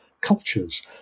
cultures